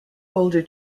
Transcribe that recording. older